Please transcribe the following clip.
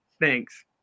thanks